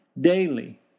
daily